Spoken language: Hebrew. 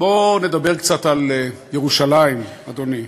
בואו נדבר קצת על ירושלים, אדוני.